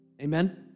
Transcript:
Amen